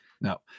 no